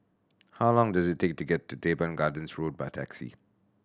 how long does it take to get to Teban Gardens Road by taxi